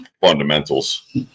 fundamentals